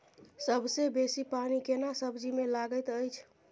सबसे बेसी पानी केना सब्जी मे लागैत अछि?